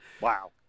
Wow